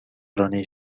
رانی